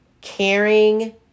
caring